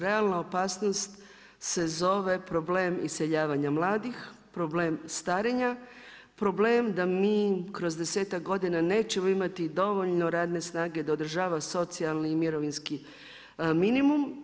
Realna opasnost se zove problem iseljavanja mladih, problem starenja, problem da kroz desetak godina nećemo imati dovoljno radne snage da održava socijalni i mirovinski minimum.